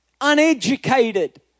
uneducated